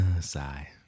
Sigh